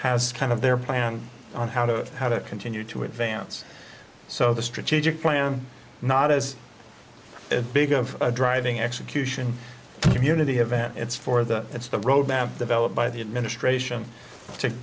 has kind of their plan on how to how to continue to advance so the strategic plan not as big of a driving execution community event it's for the it's the road map developed by the administration